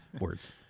Words